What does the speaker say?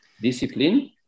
discipline